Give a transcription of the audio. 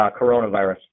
coronavirus